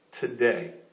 today